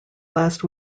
last